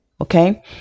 okay